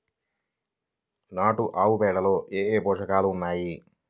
నాటు ఆవుపేడలో ఏ ఏ పోషకాలు ఉన్నాయి?